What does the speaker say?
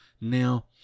Now